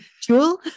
Jewel